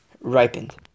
ripened